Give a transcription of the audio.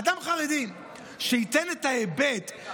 אדם חרדי שייתן את ההיבט,